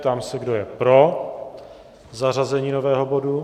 Ptám se, kdo je pro zařazení nového bodu.